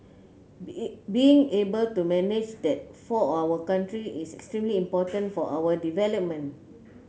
be being able to manage that for our country is extremely important for our development